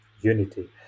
unity